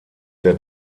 der